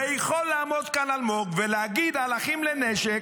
ויכול לעמוד כאן אלמוג ולהגיד על אחים לנשק: